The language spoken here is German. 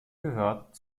gehört